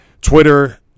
Twitter